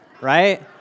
Right